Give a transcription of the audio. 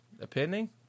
depending